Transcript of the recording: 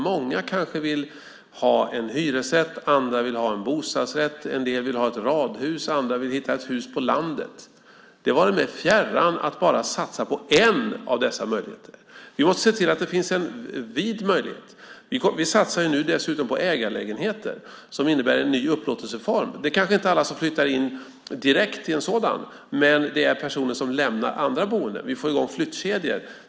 Många vill kanske ha en hyresrätt, andra vill ha en bostadsrätt. En del vill ha ett radhus, andra vill hitta ett hus på landet. Det vore mig fjärran att satsa bara på en av dessa möjligheter. Vi måste se till att det finns en vid valmöjlighet. Vi satsar nu dessutom på ägarlägenheter, som innebär en ny upplåtelseform. Det är kanske inte alla som flyttar in direkt i en sådan, men det blir personer som lämnar andra boendeformer, och vi får i gång flyttkedjor.